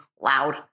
loud